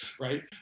right